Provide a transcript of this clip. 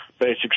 Basic